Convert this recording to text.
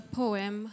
poem